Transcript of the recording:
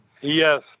yes